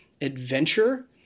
adventure